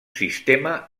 sistema